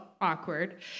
awkward